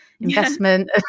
investment